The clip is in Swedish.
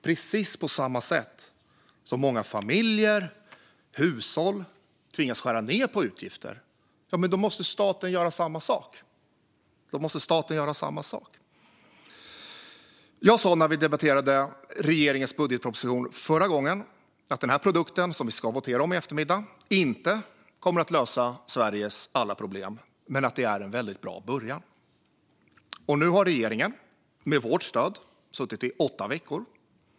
Precis som många familjer och hushåll tvingas skära ned på utgifter måste staten göra samma sak. Jag sa när vi debatterade regeringens budgetproposition förra gången att den produkt som vi ska votera om i eftermiddag inte kommer att lösa Sveriges alla problem men att det är en väldigt bra början. Nu har regeringen, med vårt stöd, suttit i åtta veckor.